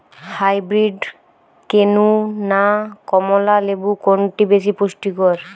Hybrid কেনু না কমলা লেবু কোনটি বেশি পুষ্টিকর?